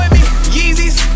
Yeezys